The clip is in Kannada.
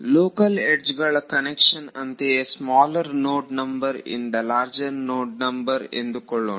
ಲೋಕಲ್ ಯಡ್ಜ್ಗಳ ಕನ್ವೆನ್ಷನ್ ಅಂತೆಯೇ ಸ್ಮಾಲರ್ ನೋಡ್ ನಂಬರ್ ಇಂದ ಲಾರ್ಜರ್ ನೋಡ್ ನಂಬರ್ ಎಂದುಕೊಳ್ಳೋಣ